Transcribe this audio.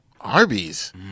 Arby's